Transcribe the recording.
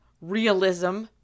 realism